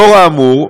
לאור האמור,